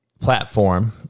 platform